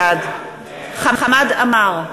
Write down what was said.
בעד חמד עמאר,